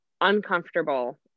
uncomfortable